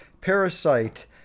Parasite